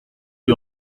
qui